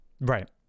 right